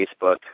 Facebook